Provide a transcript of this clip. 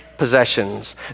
possessions